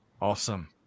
Awesome